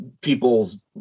people's